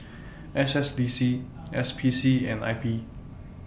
S S D C S P C and I P